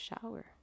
shower